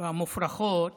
והמופרכות